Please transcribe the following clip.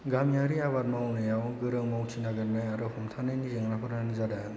गामियारि आबाद मावनायाव गोरों मावथि नागिरनाय आरो हमथानायनि जेंनाफोरानो जादों